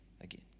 again